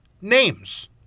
names